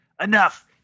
Enough